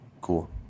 cool